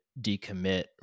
decommit